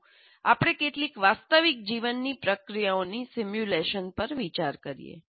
ચાલો આપણે કેટલીક વાસ્તવિક જીવન પ્રક્રિયાઓની સિમ્યુલેશન પર વિચાર કરીએ